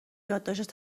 یادداشت